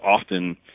often